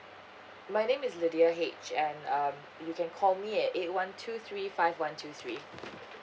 my name is lydia H and um you can call me at eight one two three five one two three